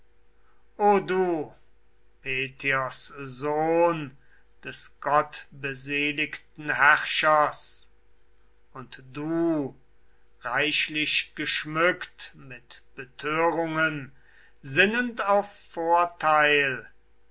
o du peteos sohn des gottbeseligten herrschers und du reichlich geschmückt mit betörungen sinnend auf vorteil